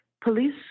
Police